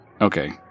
Okay